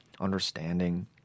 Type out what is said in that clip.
understanding